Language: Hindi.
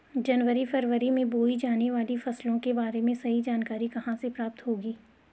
जनवरी फरवरी में बोई जाने वाली फसलों के बारे में सही जानकारी कहाँ से प्राप्त होगी?